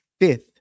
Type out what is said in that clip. fifth